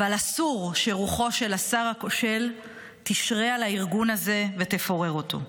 אבל אסור שרוחו של השר הכושל תשרה על הארגון הזה ותפורר אותו.